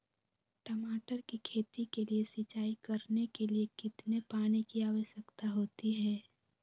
टमाटर की खेती के लिए सिंचाई करने के लिए कितने पानी की आवश्यकता होती है?